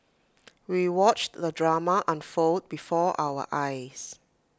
we watched the drama unfold before our eyes